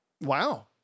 Wow